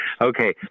okay